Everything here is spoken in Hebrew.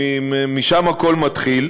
משם הכול מתחיל.